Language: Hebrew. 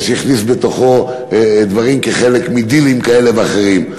שהכניסו בתוכו דברים כחלק מדילים כאלה ואחרים.